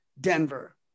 Denver